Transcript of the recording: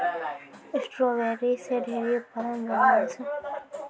strawberry से ढेरी उत्पाद बनैलो जाय छै